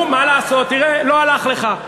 הוא, מה לעשות, תראה, לא הלך לך.